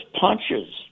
punches